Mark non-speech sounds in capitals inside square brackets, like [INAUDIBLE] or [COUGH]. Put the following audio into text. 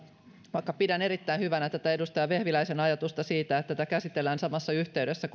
vaikka pidän erittäin hyvänä edustaja vehviläisen ajatusta siitä että tätä käsitellään samassa yhteydessä [UNINTELLIGIBLE]